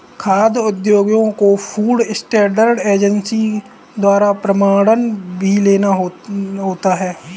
खाद्य उद्योगों को फूड स्टैंडर्ड एजेंसी द्वारा प्रमाणन भी लेना होता है